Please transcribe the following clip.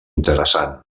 interessant